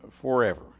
forever